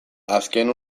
azken